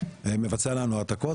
מבצע לנו את ההעתקות.